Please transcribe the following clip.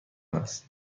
است